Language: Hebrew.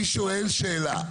אני שואל שאלה.